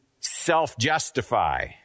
self-justify